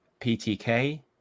PTK